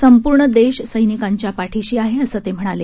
संपूर्ण देश सक्रिकांच्या पाठीशी आहे असं ते म्हणाले